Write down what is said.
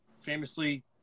Famously